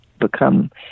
become